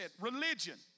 Religion